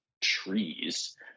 trees